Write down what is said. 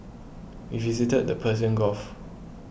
we visited the Persian Gulf